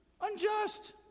unjust